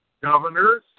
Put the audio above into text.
governors